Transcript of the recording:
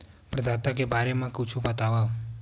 प्रदाता के बारे मा कुछु बतावव?